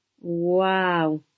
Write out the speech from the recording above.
Wow